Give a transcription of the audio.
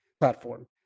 platform